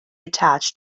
attached